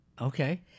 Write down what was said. Okay